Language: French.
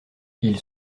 ils